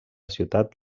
ciutat